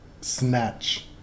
snatch